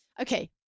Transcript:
Okay